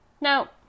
Now